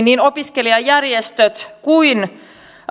niin opiskelijajärjestöt kuin